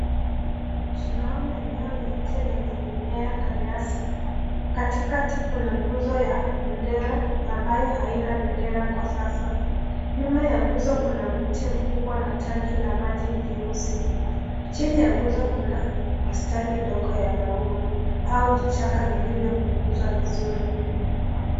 Tunaona eneo la nje lenye mimea na nyasi kati kati Kuna nguzo ya bendera ambayo haina bendera kwa sasa, nyuma ya nguzo kuna mti mkubwa na tanki la maji nyeusi, chini ya nguzo kuna bustani ndogo ya maua au vichaka vilivyopunguzwa vizuri.